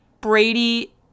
Brady